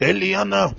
Eliana